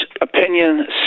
opinion